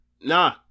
Nah